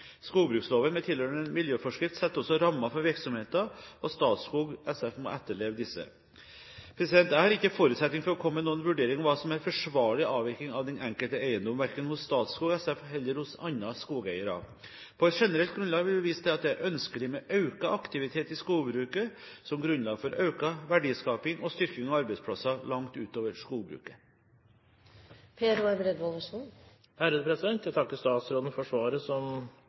Skogbruksloven med tilhørende miljøforskrift setter også rammer for virksomheten, og Statskog SF må etterleve disse. Jeg har ikke forutsetning for å komme med noen vurdering av hva som er forsvarlig avvirkning på den enkelte eiendom, verken hos Statskog SF eller andre skogeiere. På generelt grunnlag vil jeg vise til at det er ønskelig med økt aktivitet i skogbruket som grunnlag for økt verdiskaping og styrking av arbeidsplasser langt utover skogbruket. Jeg takker statsråden for svaret, som var et svar, men jeg